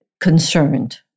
concerned